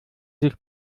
sich